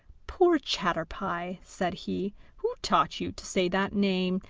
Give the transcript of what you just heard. poor chatterpie said he who taught you to say that name,